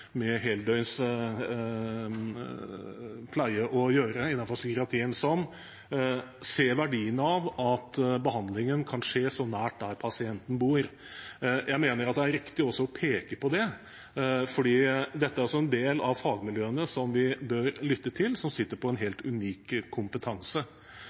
heldøgns pleie innenfor psykiatrien å gjøre, som ser verdien av at behandlingen kan skje nært der pasienten bor. Jeg mener det er riktig å peke på det, fordi dette er også en del av fagmiljøene som vi bør lytte til, som sitter på en